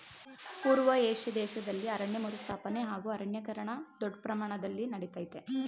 ಪೂರ್ವ ಏಷ್ಯಾ ದೇಶ್ದಲ್ಲಿ ಅರಣ್ಯ ಮರುಸ್ಥಾಪನೆ ಹಾಗೂ ಅರಣ್ಯೀಕರಣ ದೊಡ್ ಪ್ರಮಾಣ್ದಲ್ಲಿ ನಡಿತಯ್ತೆ